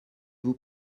vous